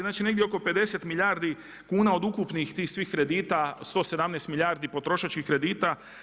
Znači, negdje oko 50 milijardi kuna od ukupnih tih svih kredita 117 milijardi potrošačkih kredita.